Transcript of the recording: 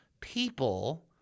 People